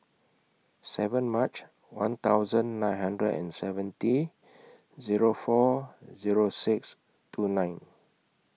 seven March one thousand nine hundred and seventy Zero four Zero six two nine